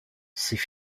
c’est